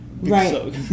Right